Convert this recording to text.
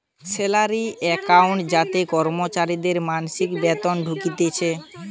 salary account যাতে কর্মচারীদের মাসিক বেতন ঢুকতিছে